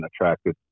attracted